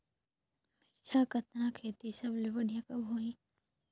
मिरचा कतना खेती सबले बढ़िया कब होही?